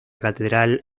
catedral